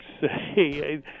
say